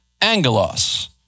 angelos